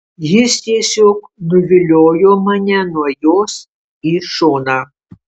jis tiesiog nuviliojo mane nuo jos į šoną